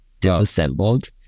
disassembled